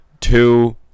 Two